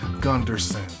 Gunderson